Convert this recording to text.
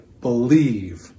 believe